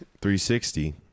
360